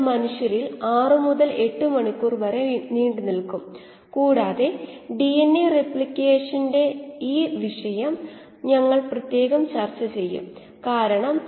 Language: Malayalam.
ഒരു വ്യവസായത്തിൽ നിന്നുള്ള പൊതുവായ താൽപ്പര്യം സാധ്യമായ ഏറ്റവും കുറഞ്ഞ സമയത്ത് പരമാവധി അളവ് സൃഷ്ടിക്കുക എന്നതാണ്